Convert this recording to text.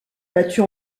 battue